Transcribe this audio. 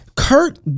Kurt